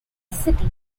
city